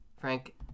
Frank